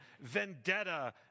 Vendetta